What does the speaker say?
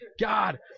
God